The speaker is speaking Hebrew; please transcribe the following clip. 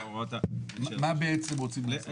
מה בעצם רוצים לעשות?